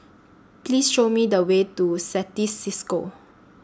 Please Show Me The Way to Certis CISCO